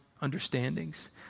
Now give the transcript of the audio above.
understandings